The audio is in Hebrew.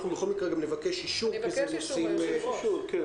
בכל מקרה נבקש אישור, כי אלו נושאים חשובים.